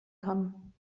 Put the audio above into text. kann